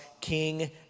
King